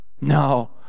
No